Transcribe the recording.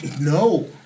No